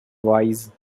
wise